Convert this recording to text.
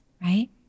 right